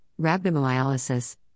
rhabdomyolysis